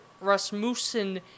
Rasmussen